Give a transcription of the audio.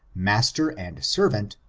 master and servant,